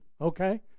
okay